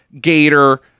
Gator